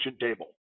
table